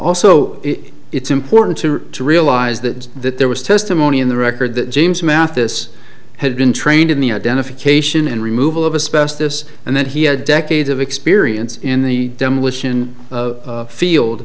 also it's important to realize that that there was testimony in the record that james mathis had been trained in the identification and removal of a special this and that he had decades of experience in the demolition of field